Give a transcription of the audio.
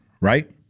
right